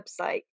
website